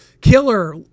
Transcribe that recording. Killer